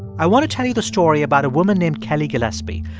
i want to tell you the story about a woman named kellie gillespie.